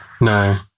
No